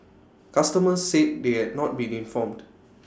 customers said they had not been informed